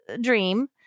Dream